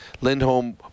Lindholm